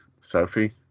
Sophie